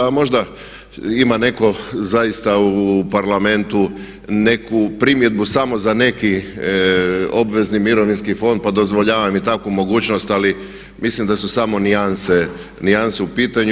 A možda ima neko zaista u Parlamentu neku primjedbu samo za neki obvezni mirovinski fond pa dozvoljavam i takvu mogućnost ali mislim da su samo nijanse u pitanju.